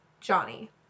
Johnny